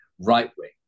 right-wing